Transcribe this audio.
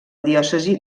diòcesi